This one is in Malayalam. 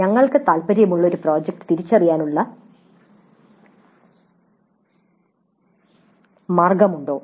"നിങ്ങൾക്ക് താൽപ്പര്യമുള്ള ഒരു പ്രോജക്റ്റ് തിരിച്ചറിയാനുള്ള മാർഗ്ഗം നിങ്ങൾക്കുണ്ടോ